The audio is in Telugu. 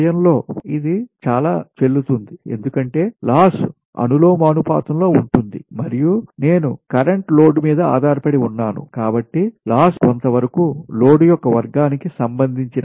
సమయంలో ఇది చాలా చెల్లుతుంది ఎందుకంటే లాస్ అనులోమానుపాతంలో ఉంటుంది మరియు నేను కరెంట్ లోడ్ మీద ఆధారపడి ఉన్నాను కాబట్టి లాస్ కొంత వరకు లోడ్ యొక్క వర్గానికి సంబంధించినది